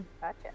Gotcha